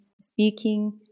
speaking